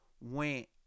Went